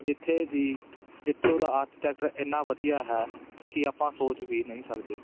ਜਿੱਥੇ ਦੀ ਜਿੱਥੋਂ ਦਾ ਆਰਟੀਟੈਚਰ ਇੰਨਾਂ ਵਧੀਆ ਹੈ ਕਿ ਆਪਾ ਸੋਚ ਵੀ ਨਹੀਂ ਸਕਦੇ